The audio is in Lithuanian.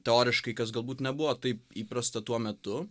teoriškai kas galbūt nebuvo taip įprasta tuo metu